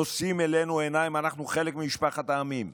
אנחנו חלק ממשפחת העמים.